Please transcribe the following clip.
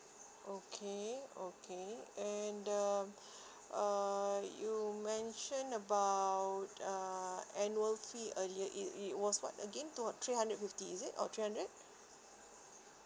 okay okay and um uh you mention about uh annual fee earlier it it was what again two hundred fifty is it or three hundred